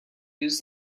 use